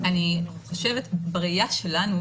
בראייה שלנו,